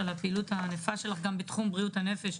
על הפעילות הענפה שלך גם בתחום בריאות הנפש,